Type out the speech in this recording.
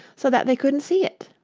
so that they couldn't see it